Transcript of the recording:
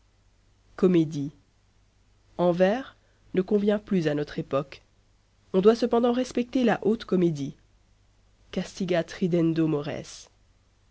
comédie en vers ne convient plus à notre époque on doit cependant respecter la haute comédie castigat ridendo mores